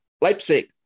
Leipzig